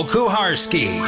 Kuharski